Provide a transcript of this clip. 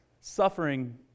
suffering